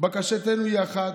בקשתנו היא אחת: